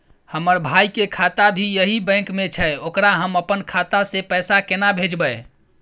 हमर भाई के खाता भी यही बैंक में छै ओकरा हम अपन खाता से पैसा केना भेजबै?